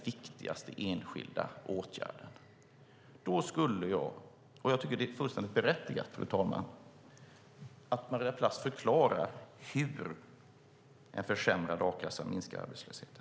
Jag tycker att det är fullständigt berättigat, fru talman, att Maria Plass förklarar hur en försämrad a-kassa minskar arbetslösheten.